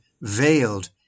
veiled